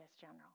general